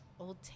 old